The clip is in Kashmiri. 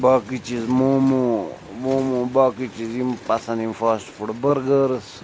باقٕے چیٖز مومو مومو باقٕے چیٖز یِم پَسنٛد یِم فاسٹ فُڈ بٔرگٲرٕس